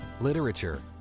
literature